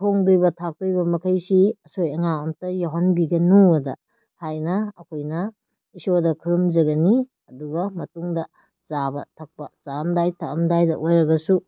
ꯊꯣꯡꯗꯣꯏꯕ ꯊꯥꯛꯇꯣꯏꯕ ꯃꯈꯩꯁꯤ ꯑꯁꯣꯏ ꯑꯉꯥꯝ ꯑꯝꯇ ꯌꯥꯎꯍꯟꯕꯤꯒꯅꯨꯑꯅ ꯍꯥꯏꯅ ꯑꯩꯈꯣꯏꯅ ꯏꯁꯣꯔꯗ ꯈꯨꯔꯨꯝꯖꯒꯅꯤ ꯑꯗꯨꯒ ꯃꯇꯨꯡꯗ ꯆꯥꯕ ꯊꯛꯄ ꯆꯥꯔꯝꯗꯥꯏ ꯊꯛꯑꯝꯗꯥꯏꯗ ꯑꯣꯏꯔꯒꯁꯨ